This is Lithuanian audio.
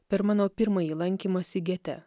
per mano pirmąjį lankymąsi gete